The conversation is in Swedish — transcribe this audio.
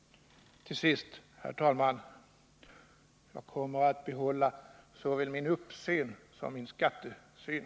Till sist: Jag kommer att behålla såväl min uppsyn som min skattesyn.